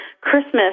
Christmas